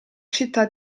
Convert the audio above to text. città